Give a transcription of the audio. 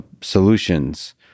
solutions